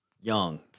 young